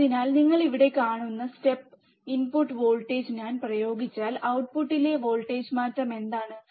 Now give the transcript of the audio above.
അതിനാൽ നിങ്ങൾ ഇവിടെ കാണുന്ന സ്റ്റെപ്പ് ഇൻപുട്ട് വോൾട്ടേജ് ഞാൻ പ്രയോഗിച്ചാൽ ഔട്ട്പുട്ടിലെ വോൾട്ടേജ് മാറ്റം എന്താണ്